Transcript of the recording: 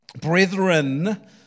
Brethren